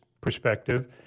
perspective